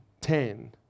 ten